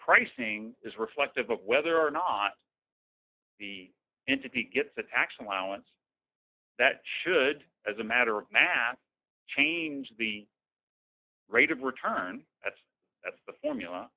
pricing is reflective of whether or not the end to be gets a tax allowance that should as a matter of math change the rate of return that's that's the formula